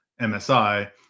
msi